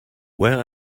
where